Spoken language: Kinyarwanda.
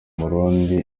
umurundi